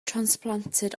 transplanted